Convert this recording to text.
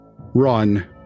run